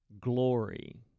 glory